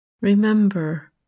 remember